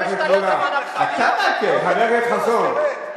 חבר הכנסת חסון,